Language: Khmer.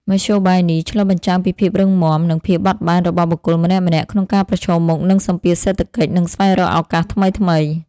មធ្យោបាយនេះឆ្លុះបញ្ចាំងពីភាពរឹងមាំ និងភាពបត់បែនរបស់បុគ្គលម្នាក់ៗក្នុងការប្រឈមមុខនឹងសម្ពាធសេដ្ឋកិច្ច និងស្វែងរកឱកាសថ្មីៗ។